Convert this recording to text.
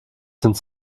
sind